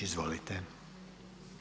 Izvolite.